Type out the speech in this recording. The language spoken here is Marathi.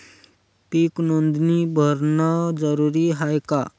पीक नोंदनी भरनं जरूरी हाये का?